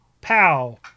pow